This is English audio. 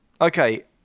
Okay